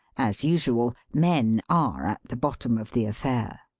as usual, men are at the bottom of the affair.